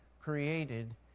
created